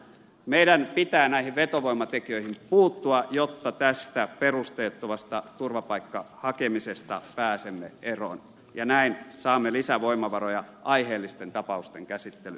meidän pitää näihin vetovoimatekijöihin puuttua jotta tästä perusteettomasta turvapaikkahakemisesta pääsemme eroon ja näin saamme lisävoimavaroja aiheellisten tapausten käsittelyyn